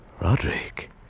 Roderick